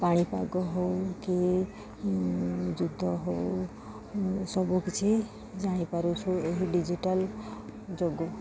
ପାଣିପାଗ ହଉ କି ଯୁଦ୍ଧ ହଉ ସବୁକିଛି ଜାଣିପାରୁ ଶୋ ଏହି ଡିଜିଟାଲ୍ ଯୋଗୁଁ